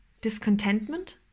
Discontentment